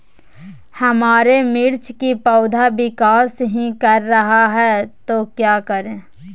हमारे मिर्च कि पौधा विकास ही कर रहा है तो क्या करे?